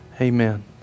Amen